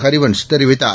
ஹரிவன்ஷ்தெரிவித்தார்